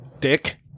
Dick